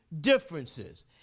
differences